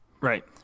right